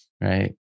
right